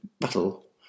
battle